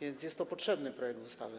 więc jest to potrzebny projekt ustawy.